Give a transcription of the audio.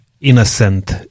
innocent